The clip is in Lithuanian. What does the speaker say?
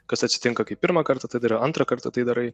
kas atsitinka kai pirmą kartą tai darai antrą kartą tai darai